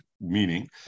meaning